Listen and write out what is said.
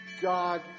God